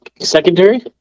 secondary